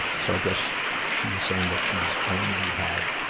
so i guess she is saying that she has only had